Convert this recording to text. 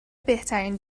بهترین